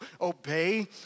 obey